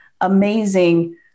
amazing